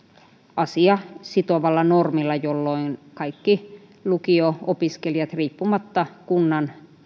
asia sitovalla normilla jolloin kaikki lukio opiskelijat riippumatta kunnan